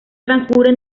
transcurre